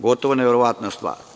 Gotovo neverovatna stvar.